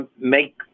make